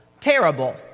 Terrible